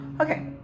Okay